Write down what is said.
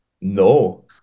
No